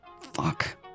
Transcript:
Fuck